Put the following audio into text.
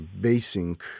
basing